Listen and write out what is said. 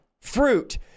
fruit